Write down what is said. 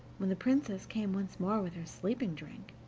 when the princess came once more with her sleeping-drink,